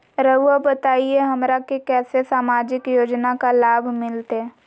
रहुआ बताइए हमरा के कैसे सामाजिक योजना का लाभ मिलते?